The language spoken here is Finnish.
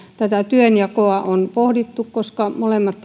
työnjakoa on pohdittu koska molemmat tehtävät ovat erityisen tärkeitä